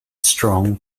strong